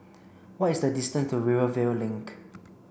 what is the distance to Rivervale Link